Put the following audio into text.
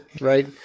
right